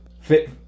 Fit